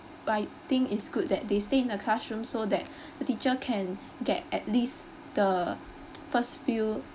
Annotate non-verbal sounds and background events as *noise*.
I think is good that they stay in the classroom so that *breath* the teacher can get at least the first few